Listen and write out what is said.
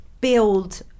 build